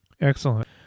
Excellent